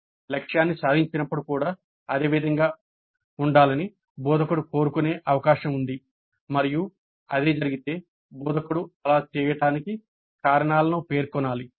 లక్ష్యాన్ని సాధించినప్పుడు కూడా అదే విధంగా ఉండాలని బోధకుడు కోరుకునే అవకాశం ఉంది మరియు అదే జరిగితే బోధకుడు అలా చేయటానికి కారణాలను పేర్కొనాలి